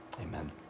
amen